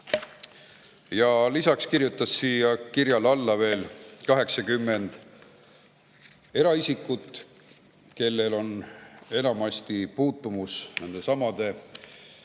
Lisaks kirjutas sellele kirjale alla veel 80 eraisikut, kellel on enamasti puutumus nendesamade